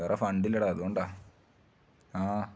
വേറെ ഫണ്ട് ഇല്ലടാ അതുകൊണ്ടാണ് ആ